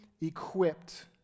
equipped